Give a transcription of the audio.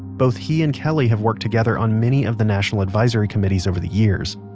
both he and kelly have worked together on many of the national advisory committees over the years,